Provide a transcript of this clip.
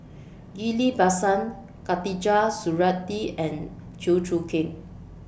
Ghillie BaSan Khatijah Surattee and Chew Choo Keng